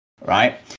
right